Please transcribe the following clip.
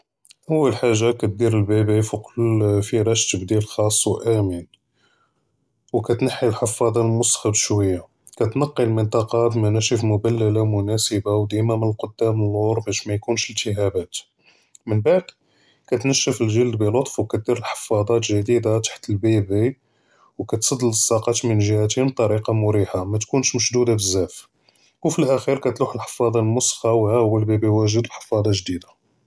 אול חאגה כתדִיר לבּיבי פוק פראש תבדִיל חאצ ואמן, וּכתנחִי אלחפאצָה למוּסכָּה בשוִיָה, כּתנקִי אלמנטִקה בּמנאשף מֻבלּלה ומֻנאְסבה ודִימא מַלְקדאֵם ללור בש מִיקוּנש אלהִתהאבת, מןבעד כּתנְשף אלגְלד בּלטף וּכתדִיר אלחפאצָה אלגְדִידה תחת לבּיבי, וּכתצד אללאצָקָה מלגִ'התין בטארִיקה מֻרִיחָה מִתְכוּנש משדוּדה בּזאף, ופלאכִ'יר כּתלוּח אלחפאצָה למוּסכָּה, והאוּ לבּיבי ואגֵ'ד לִלחפאצָה גְדִידה.